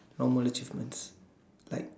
normal achievements like